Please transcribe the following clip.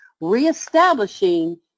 reestablishing